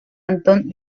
antón